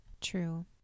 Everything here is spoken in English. True